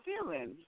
feelings